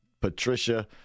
Patricia